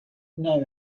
know